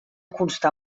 constar